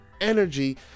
energy